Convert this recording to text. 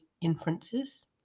inferences